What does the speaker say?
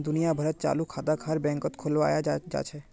दुनिया भरत चालू खाताक हर बैंकत खुलवाया जा छे